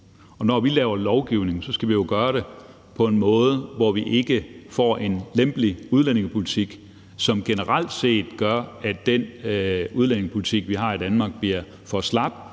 når vi laver lovgivning, skal vi jo gøre det på en måde, hvor vi ikke får en lempelig udlændingepolitik, som generelt set gør, at den udlændingepolitik, vi har i Danmark, bliver for slap,